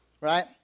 right